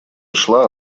шла